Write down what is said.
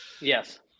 Yes